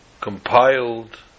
compiled